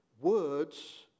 words